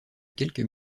quelques